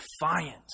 defiant